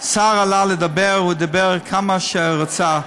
שר עלה לדבר והוא דיבר כמה שהוא רצה.